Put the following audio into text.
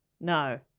No